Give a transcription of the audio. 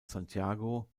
santiago